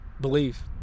believe